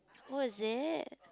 oh is it